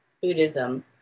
buddhism